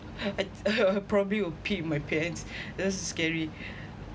I probably would peed in may pants that's so scary